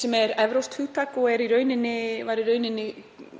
sem er evrópskt hugtak og var í rauninni